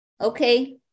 okay